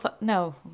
no